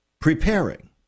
preparing